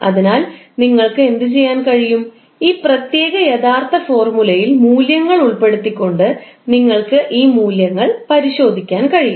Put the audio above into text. അതിനാൽ നിങ്ങൾക്ക് എന്തുചെയ്യാൻ കഴിയും ഈ പ്രത്യേക യഥാർത്ഥ ഫോർമുലയിൽ മൂല്യങ്ങൾ ഉൾപ്പെടുത്തിക്കൊണ്ട് നിങ്ങൾക്ക് ഈ മൂല്യങ്ങൾ പരിശോധിക്കാൻ കഴിയും